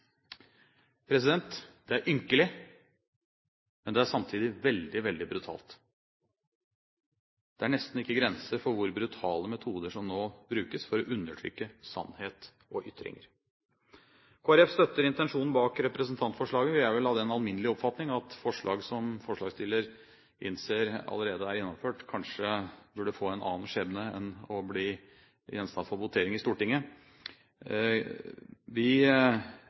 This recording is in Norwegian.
Det er ynkelig, men samtidig veldig, veldig brutalt. Det er nesten ikke grenser for hvor brutale metoder som nå brukes for å undertrykke sannhet og ytringsfrihet. Kristelig Folkeparti støtter intensjonen bak representantforslaget. Vi er av den alminnelige oppfatning at forslag som forslagsstiller innser allerede er gjennomført, kanskje burde få en annen skjebne enn å bli gjenstand for votering i Stortinget. Vi